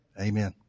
Amen